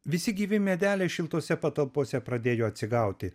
visi gyvi medeliai šiltose patalpose pradėjo atsigauti